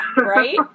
right